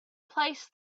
placed